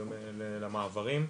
בדומה למעברים,